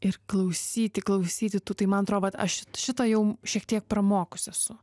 ir klausyti klausyti tų tai man atrodo vat aš šito jau šiek tiek pramokus esu